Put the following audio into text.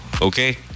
Okay